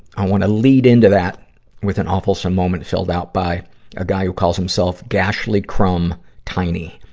i wanna lead into that with an awfulsome moment filled out by a guy who calls himself gashly crumb tiny.